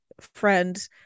friend